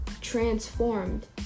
transformed